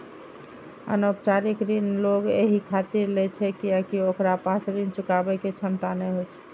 अनौपचारिक ऋण लोग एहि खातिर लै छै कियैकि ओकरा पास ऋण चुकाबै के क्षमता नै होइ छै